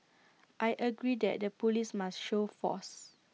I agree that the Police must show force